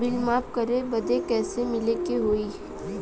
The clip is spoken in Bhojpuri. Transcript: बिल माफ करे बदी कैसे मिले के होई?